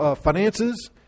finances